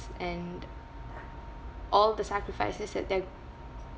and all the sacrifices that they're